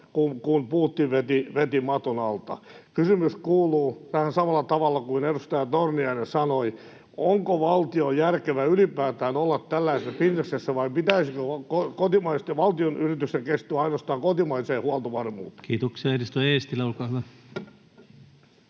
kun Putin veti maton alta. Kysymys kuuluu vähän samalla tavalla kuin edustaja Torniainen kysyi: Onko valtion järkevää ylipäätään olla tällaisessa bisneksessä, vai pitäisikö kotimaisten valtionyritysten keskittyä ainoastaan kotimaiseen huoltovarmuuteen? Kiitoksia. — Edustaja Eestilä, olkaa hyvä.